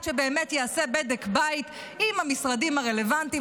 שבאמת יעשה בדק בית עם המשרדים הרלוונטיים,